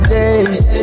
days